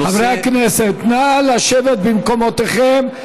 נושא, חברי הכנסת, נא לשבת במקומותיכם.